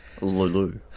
Lulu